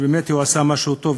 שבאמת היא עושה משהו טוב.